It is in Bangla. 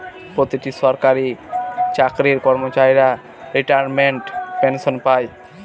প্রতিটি সরকারি চাকরির কর্মচারী রিটায়ারমেন্ট পেনসন পাই